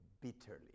bitterly